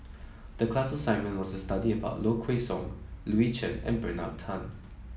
the class assignment was to study about Low Kway Song Louis Chen and Bernard Tan